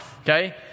Okay